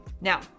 Now